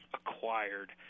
acquired